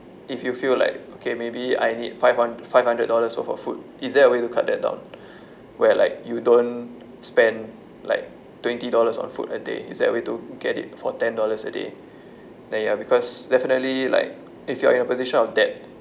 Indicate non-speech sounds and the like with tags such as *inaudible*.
if you feel like okay maybe I need five hun~ five hundred dollars for food is there a way to cut that down *breath* where like you don't spend like twenty dollars on food a day is there a way to get it for ten dollars a day then ya because definitely like if you are in a position of that